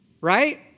right